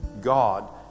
God